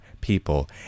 people